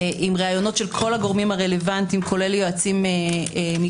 עם ראיונות של כל הגורמים הרלוונטיים כולל יועצים מקצועיים.